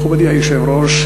מכובדי היושב-ראש,